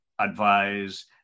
advise